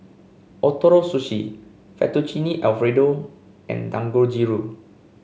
Ootoro Sushi Fettuccine Alfredo and Dangojiru